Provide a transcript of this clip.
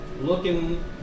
looking